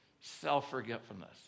Self-forgetfulness